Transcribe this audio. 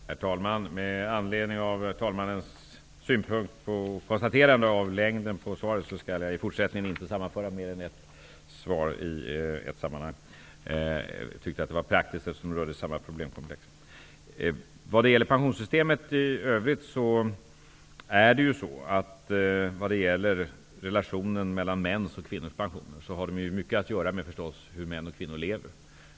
Herr talman! Med anledning av talmannens konstaterande beträffande längden på svaret skall jag i fortsättningen inte sammanföra flera frågor i ett sammanhang. Jag tyckte att det var praktiskt att göra så i det här fallet, eftersom frågorna rörde samma problemkomplex. Relationen mellan mäns och kvinnors pensioner har mycket att göra med hur män och kvinnor lever.